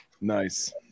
Nice